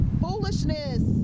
foolishness